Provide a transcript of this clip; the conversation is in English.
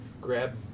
grab